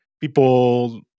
people